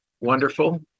wonderful